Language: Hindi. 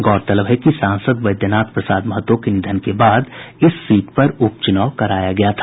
गौरतलब है कि सांसद बैजनाथ महतो के निधन के बाद इस सीट पर उप चुनाव कराया गया था